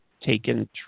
taken